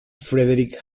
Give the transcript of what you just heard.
frederick